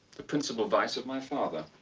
the principal vice of my father.